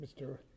Mr